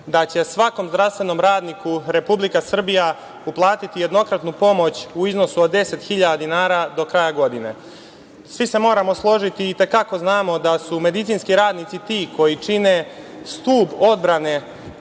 da će svakom zdravstvenom radniku Republika Srbija uplatiti jednokratnu pomoć u iznosu od 10.000 dinara do kraja godine. Svi se moramo složiti i te kako znamo da su medicinski radnici ti koji čine stub odbrane